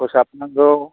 फोसाबनांगौ